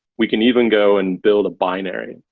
we can even go and build a binary.